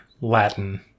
Latin